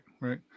Right